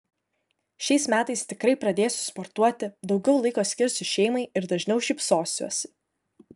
šiais metais tikrai pradėsiu sportuoti daugiau laiko skirsiu šeimai ir dažniau šypsosiuosi